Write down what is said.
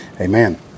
Amen